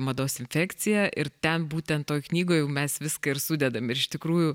mados infekcija ir ten būtent toj knygoj jau mes viską ir sudedam ir iš tikrųjų